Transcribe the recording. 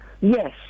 Yes